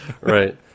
Right